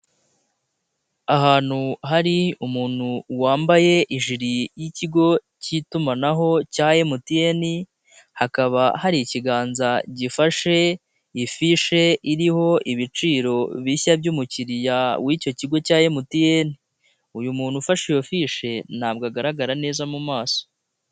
Ahantu hari umuntu wambaye ijiri y'ikigo cy'itumanaho cya MTN, hakaba hari ikiganza gifashe ifishe iriho ibiciro bishya by'umukiriya w'icyo kigo cya MTN, uyu muntu ufashe iyo fishe ntabwo agaragara neza mu maso.